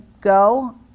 go